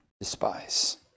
despise